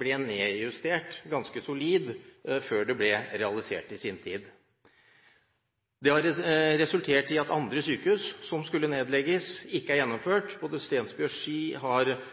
ble nedjustert ganske solid før det i sin tid ble realisert. Det har resultert i at andre sykehus som skulle nedlegges, ikke er blitt nedlagt. Situasjonen for både Stensby og Ski har